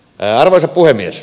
arvoisa puhemies